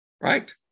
right